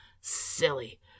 Silly